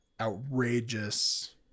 outrageous